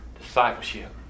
Discipleship